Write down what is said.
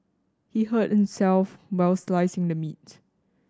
he hurt himself while slicing the meat